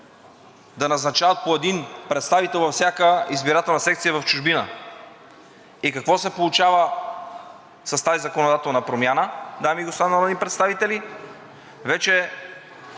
да назначават по един представител във всяка избирателна секция в чужбина. Какво се получава с тази законодателна промяна, дами и господа народни представители? Вече